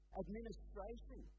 administration